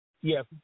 Yes